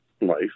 life